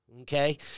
Okay